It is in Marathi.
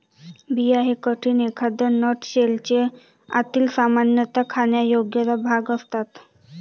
बिया हे कठीण, अखाद्य नट शेलचे आतील, सामान्यतः खाण्यायोग्य भाग असतात